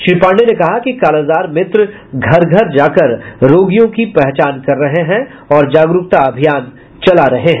श्री पाण्डेय ने कहा कि कालाजार मित्र घर घर जाकर रोगियों की पहचान कर रहे हैं और जागरूकता अभियान चला रहे हैं